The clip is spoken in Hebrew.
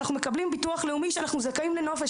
אנחנו מקבלים ביטוח לאומי שאנחנו זכאים לנופש.